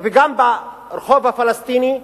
וגם ברחוב הפלסטיני,